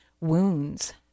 wounds